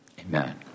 amen